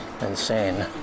insane